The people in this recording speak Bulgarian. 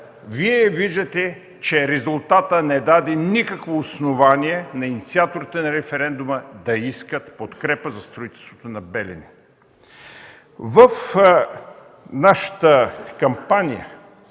Вие виждате, че резултатът не даде никакво основание на инициаторите на референдума да искат подкрепа за строителството на „Белене”. В нашата кампания